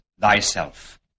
thyself